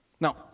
Now